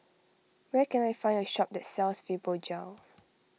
where can I find a shop that sells Fibogel